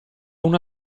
una